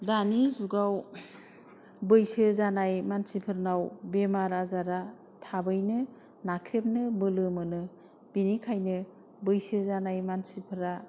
दानि जुगाव बैसो जानाय मानसिफोरनाव बेमार आजारा थाबैनो नाख्रेबनो बोलो मोनो बेनिखायनो बैसो जानाय मानसिफ्रा